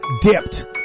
Dipped